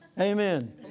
Amen